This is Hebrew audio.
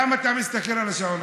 למה אתה מסתכל על השעון,